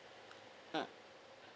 mm